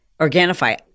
Organifi